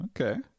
Okay